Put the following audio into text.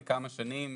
לכמה שנים.